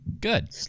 Good